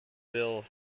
phil